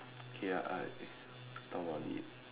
okay ah I deepavali